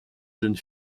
jeune